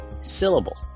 syllable